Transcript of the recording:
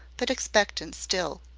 but expectant still.